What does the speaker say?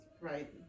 right